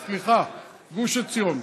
סליחה, גוש עציון.